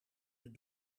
het